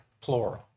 plural